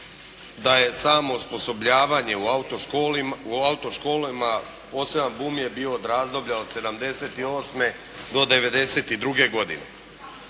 da je samo osposobljavanje u autoškolama, poseban bum je bio od razdoblja od '78. do '92. godine.